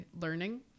learning